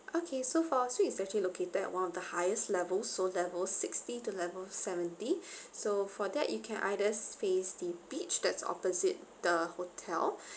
okay so for suite is actually located at one of the highest levels so level sixty to level seventy so for that you can either face the beach that's opposite the hotel